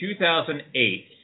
2008